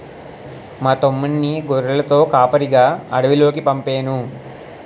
మా తమ్ముణ్ణి గొర్రెలతో కాపరిగా అడవిలోకి పంపేను